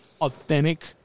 authentic